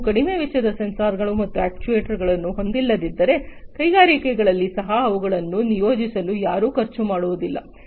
ನೀವು ಕಡಿಮೆ ವೆಚ್ಚದ ಸೆನ್ಸಾರ್ಗಳು ಮತ್ತು ಅಕ್ಚುಯೆಟರ್ಸ್ಗಳನ್ನು ಹೊಂದಿಲ್ಲದಿದ್ದರೆ ಕೈಗಾರಿಕೆಗಳಲ್ಲಿ ಸಹ ಅವುಗಳನ್ನು ನಿಯೋಜಿಸಲು ಯಾರೂ ಖರ್ಚು ಮಾಡುವುದಿಲ್ಲ